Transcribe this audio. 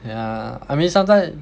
yeah I mean sometimes